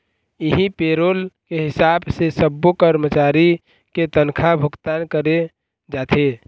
इहीं पेरोल के हिसाब से सब्बो करमचारी के तनखा भुगतान करे जाथे